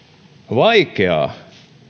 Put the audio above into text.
vaikeaa